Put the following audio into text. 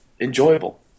enjoyable